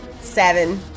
Seven